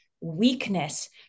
weakness